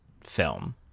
film